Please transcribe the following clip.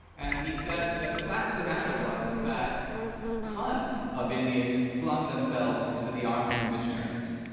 and he said that the fact of the matter was that tons of indians flung themselves into the arms of the missionaries.